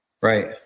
Right